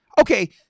okay